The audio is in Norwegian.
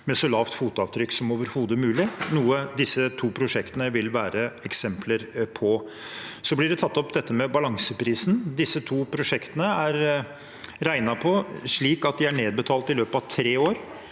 med så lavt fotavtrykk som overhodet mulig, noe disse to prosjektene vil være eksempler på. Dette med balanseprisen ble tatt opp. Disse to prosjektene er regnet på slik at de er nedbetalt i løpet av tre år,